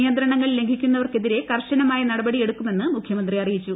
നിയന്ത്രണങ്ങൾ ലംഘിക്കുന്നവർ ക്കെതിരെ കർശനമായ നടപടിയെടുക്കുമെന്ന് മുഖ്യമന്ത്രി അറിയിച്ചു